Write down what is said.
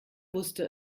wusste